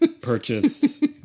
purchased